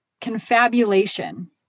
Confabulation